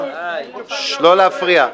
לא להפריע.